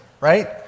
right